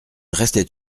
restait